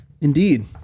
Indeed